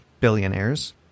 billionaires